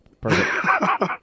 Perfect